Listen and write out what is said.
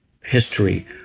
history